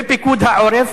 ופיקוד העורף,